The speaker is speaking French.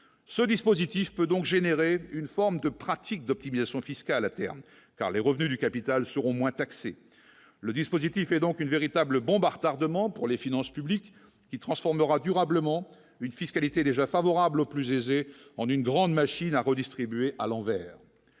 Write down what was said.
ce dispositif peut donc générer une forme de pratiques d'optimisation fiscale à terme car les revenus du capital seront moins taxées, le dispositif est donc une véritable bombe à retardement pour les finances publiques qui transformera durablement une fiscalité déjà favorable aux plus aisés en une grande machine à redistribuer à l'envers